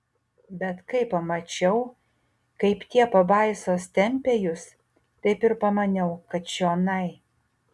bet kai pamačiau kaip tie pabaisos tempia jus taip ir pamaniau kad čionai